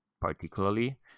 particularly